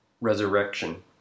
resurrection